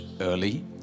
early